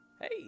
Hey